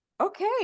okay